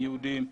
יהודים.